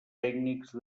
tècnics